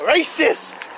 Racist